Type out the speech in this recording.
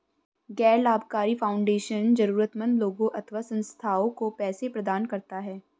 गैर लाभकारी फाउंडेशन जरूरतमन्द लोगों अथवा संस्थाओं को पैसे प्रदान करता है